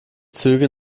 züge